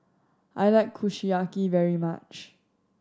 I like Kushiyaki very much